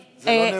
זה לא נאום.